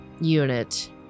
unit